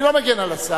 אני לא מגן על שר,